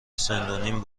زندونیم